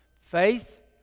Faith